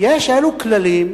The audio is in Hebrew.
אלו כללים,